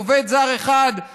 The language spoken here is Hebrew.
עובד זר אחד,